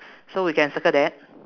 so we can circle that